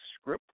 script